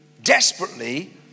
Desperately